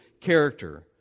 character